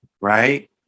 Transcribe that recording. right